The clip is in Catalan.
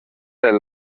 del